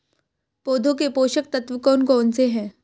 पौधों के पोषक तत्व कौन कौन से हैं?